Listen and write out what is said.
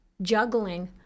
juggling